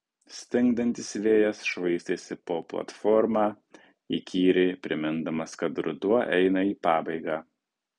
stingdantis vėjas švaistėsi po platformą įkyriai primindamas kad ruduo eina į pabaigą